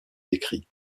décrit